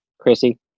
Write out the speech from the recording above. Chrissy